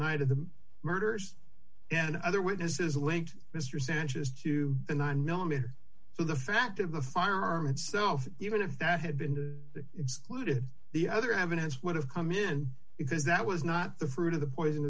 night of the murders and other witnesses linked mr sanchez to the nine millimeter so the fact of the firearm and self even if that had been excluded the other evidence would have come in because that was not the fruit of the poison